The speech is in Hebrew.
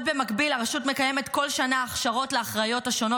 במקביל הרשות מקיימת כל שנה הכשרות לאחראיות השונות